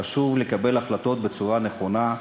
חשוב לקבל החלטות בצורה נכונה,